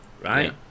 right